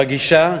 בגישה,